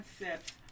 concepts